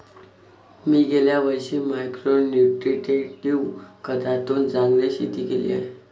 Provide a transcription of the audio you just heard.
मी गेल्या वर्षी micro nutritive खतातून चांगले शेती केली आहे